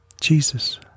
Jesus